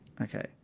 Okay